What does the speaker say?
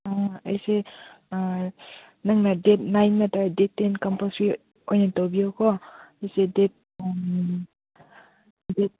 ꯑꯥ ꯑꯩꯁꯦ ꯅꯪꯅ date nine ꯅꯠꯇ꯭ꯔꯒ ꯗꯦꯗ ꯇꯦꯅ ꯀꯝꯄꯜꯁꯔꯤ ꯑꯣꯏꯅ ꯇꯧꯕꯤꯌꯣꯀꯣ ꯑꯩꯁꯦ ꯗꯦꯗ ꯗꯦꯗ